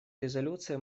резолюции